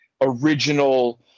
original